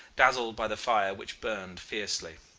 dazzled by the fire which burned fiercely.